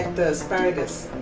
the asparagus.